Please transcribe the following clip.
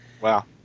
Wow